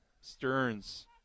Stearns